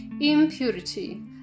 impurity